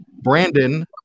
Brandon